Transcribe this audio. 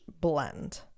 blend